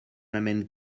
amène